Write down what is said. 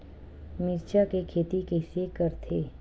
मिरचा के खेती कइसे करथे?